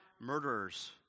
murderers